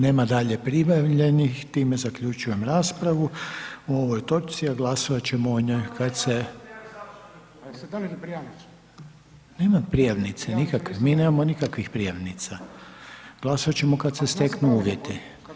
Nema dalje prijavljenih, time zaključujem raspravu o ovoj točci, a glasovati ćemo o njoj kad se [[Upadica: Jeste donijeli prijavnicu?]] nemam prijavnice nikakve, mi nemamo nikakvih prijavnica, glasovat ćemo kad se steknu uvjeti.